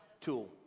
tool